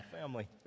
family